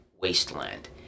wasteland